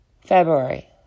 February